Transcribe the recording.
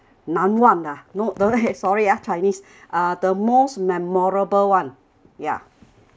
难忘：nan wang ah no wait sorry ah chinese uh the most memorable one ya